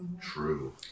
true